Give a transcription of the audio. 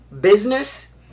business